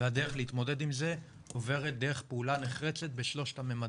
והדרך להתמודד עם זה עוברת דרך פעולה נחרצת בשלושת הממדים: